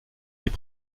est